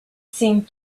seemed